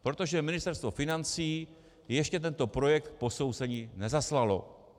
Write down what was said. Protože Ministerstvo financí ještě tento projekt k posouzení nezaslalo.